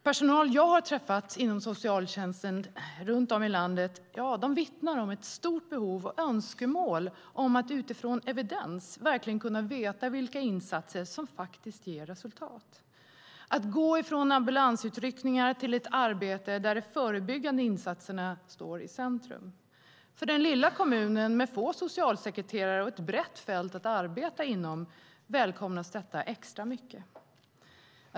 Personal som jag har träffat inom socialtjänsten runt om i landet vittnar om ett stort behov och önskemål att utifrån evidens verkligen kunna veta vilka insatser som faktiskt ger resultat, att kunna gå från ambulansutryckningar till ett arbete där de förebyggande insatserna står i centrum. För den lilla kommunen med få socialsekreterare och ett brett fält att arbeta inom välkomnas detta extra mycket.